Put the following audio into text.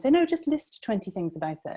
no, just list twenty things about it.